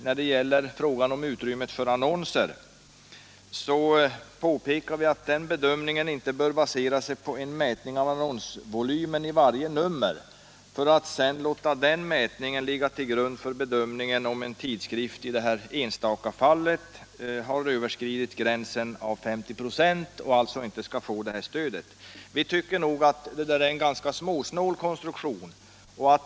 När det gäller frågan om utrymme för annonser har vi påpekat att man inte bör basera den bedömningen på en mätning av annonsvolymen i varje nummer för att sedan låta denna mätning ligga till grund för bedömningen av om en tidskrift i något enstaka fall har överskridit gränsen 50 96 och inte skall få stöd. Det är en ganska småsnål konstruktion.